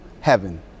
heaven